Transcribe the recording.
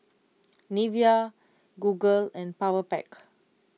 Nivea Google and Powerpac